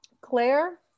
Claire